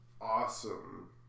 awesome